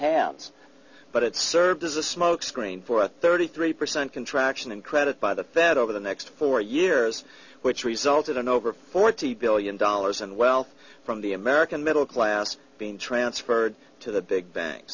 hands but it served as a smokescreen for a thirty three percent contraction in credit by the fed over the next four years which resulted in over forty billion dollars in wealth from the american middle class being transferred to the big ban